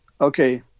Okay